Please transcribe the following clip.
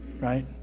right